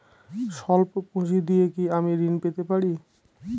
সল্প পুঁজি দিয়ে কি আমি ঋণ পেতে পারি?